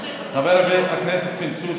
חבר הכנסת בן צור,